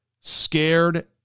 scared